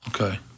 Okay